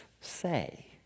say